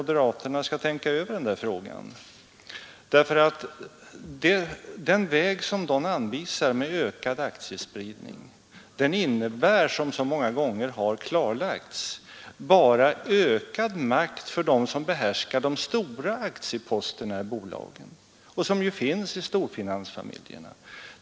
Den väg som moderaterna anvisar med ökad aktiespridning innebär, som så många gånger har klarlagts, bara förstärkt makt för dem som behärskar de stora aktieposterna i bolagen, och dessa finns ju i de stora finansfamiljerna.